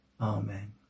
amen